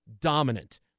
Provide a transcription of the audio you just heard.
dominant